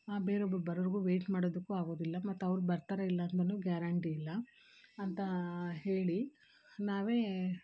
ಆ ಬೇರೊಬ್ಬರು ಬರೋರ್ಗು ವೇಯ್ಟ್ ಮಾಡೋದಕ್ಕೂ ಆಗೋದಿಲ್ಲ ಮತ್ತವ್ರು ಬರ್ತಾರ ಇಲ್ಲ ಅಂತನು ಗ್ಯಾರಂಟಿ ಇಲ್ಲ ಅಂತಾ ಹೇಳಿ ನಾವೇ